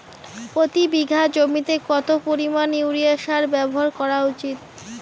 প্রতি বিঘা জমিতে কত পরিমাণ ইউরিয়া সার ব্যবহার করা উচিৎ?